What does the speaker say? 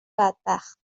بدبخت